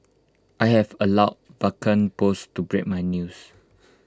I have allowed Vulcan post to break my news